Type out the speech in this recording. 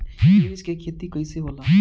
मिर्च के खेती कईसे होला?